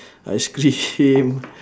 ice cream